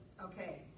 Okay